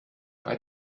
bei